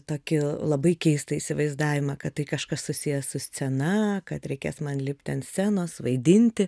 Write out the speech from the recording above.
tokį labai keistą įsivaizdavimą kad tai kažkas susiję su scena kad reikės man lipti ant scenos vaidinti